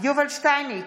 יובל שטייניץ,